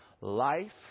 life